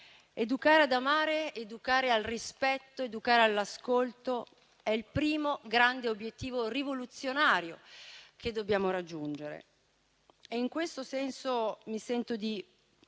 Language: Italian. Educare ad amare, educare al rispetto ed educare all'ascolto è il primo grande obiettivo rivoluzionario che dobbiamo raggiungere. In questo senso, mi sento di